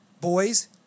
boys